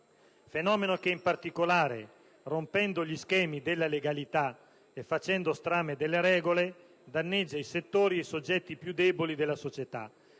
trasparenti. In particolare, rompendo gli schemi della legalità e facendo strame delle regole, esso danneggia i settori ed i soggetti più deboli della società,